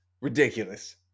ridiculous